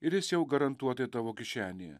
ir jis jau garantuotai tavo kišenėje